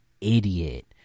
idiot